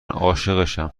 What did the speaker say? عاشقشم